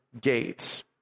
gates